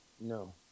No